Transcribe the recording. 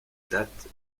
date